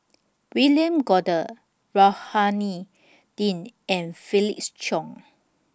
William Goode Rohani Din and Felix Cheong